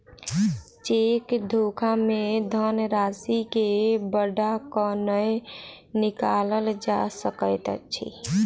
cheque धोखा मे धन राशि के बढ़ा क नै निकालल जा सकैत अछि